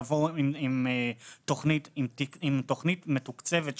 יבואו עם תוכנית מתוקצבת,